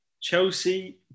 Chelsea